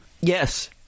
Yes